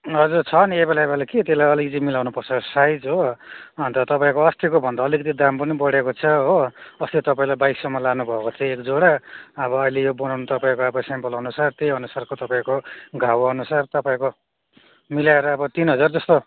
हजुर छ नि एभाइलेबल कि त्यसलाई अलिकति मिलाउनु पर्छ साइज हो अन्त तपाईँको अस्तिको भन्दा अलिकति दाम पनि बढेको छ हो अस्ति तपाईँले बाइस सौमा लानु भएको थियो एकजोडा अब अहिले यो बनाउनु तपाईँको अब स्याम्पलअनुसार त्यहीअनुसारको तपाईँको घाउ अनुसार तपाईँको मिलाएर अब तिन हजार जस्तो